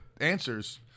answers